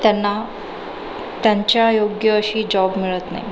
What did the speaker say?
त्यांना त्यांच्या योग्य असे जॉब मिळत नाही